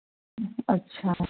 अच्छा